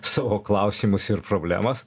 savo klausimus ir problemas